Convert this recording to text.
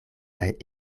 kaj